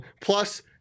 plus